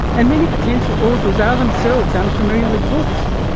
and many potential authors are themselves unfamiliar with books,